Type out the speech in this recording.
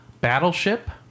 battleship